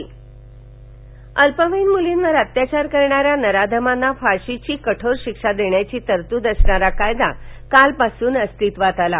राष्ट्रपती अल्पवयीन मुलींवर अत्याचार करणाऱ्या नराधमांना फाशीची कठोर शिक्षा देण्याची तरतूद असणारा कायदा कालपासून अस्तित्वात आला